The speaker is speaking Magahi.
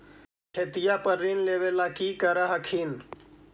खेतिया पर ऋण लेबे ला की कर हखिन?